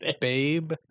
babe